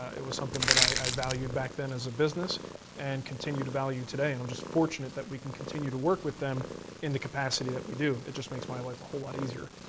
it was something that i valued back then as a business and continue to value today. and i'm just fortunate that we continue to work with them in the capacity that we do. it just makes my life a whole lot easier.